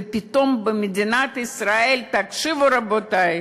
ופתאום במדינת ישראל, תקשיבו, רבותי,